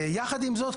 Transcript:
יחד עם זאת,